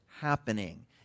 happening